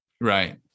Right